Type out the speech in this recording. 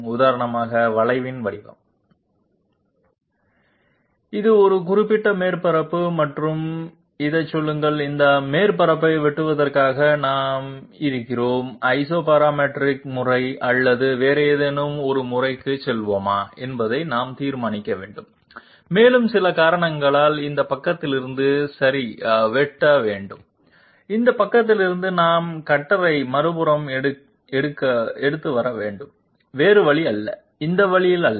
உதாரணமாக வளைவின் வடிவம் இது ஒரு குறிப்பிட்ட மேற்பரப்பு மற்றும் இதைச் சொல்லுங்கள் இந்த மேற்பரப்பை வெட்டுவதற்காக நாம் இருக்கிறோம் ஐசோபராமெட்ரிக் முறை அல்லது வேறு ஏதேனும் ஒரு முறைக்குச் செல்வோமா என்பதை நாம் தீர்மானிக்க வேண்டும் மேலும் சில காரணங்களால் இந்த பக்கத்திலிருந்து சரி வெட்ட வேண்டும் இந்த பக்கத்திலிருந்து நாம் கட்டரை மறுபுறம் எடுக்க வர வேண்டும் வேறு வழி அல்ல இந்த வழியில் அல்ல